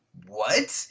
what